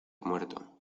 muerto